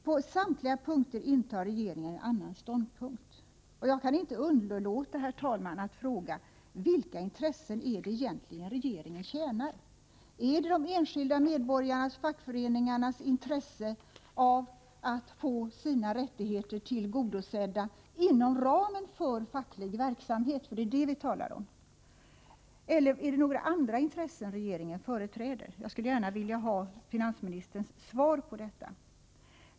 På samtliga punkter intar regeringen en annan ståndpunkt. Jag kan inte underlåta, herr talman, att fråga: Vilka intressen är det egentligen regeringen tjänar? Är det de enskilda medborgarnas eller fackföreningarnas intresse av att få sina rättigheter tillgodosedda inom ramen för facklig verksamhet? Det är nämligen det vi talar om. Eller är det några andra intressen regeringen företräder? Jag skulle gärna vilja ha finansministerns svar på den frågan.